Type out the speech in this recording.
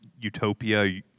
utopia